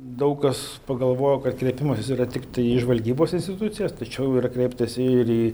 daug kas pagalvojo kad kreipimasis yra tiktai į žvalgybos institucijas tačiau yra kreiptasi ir į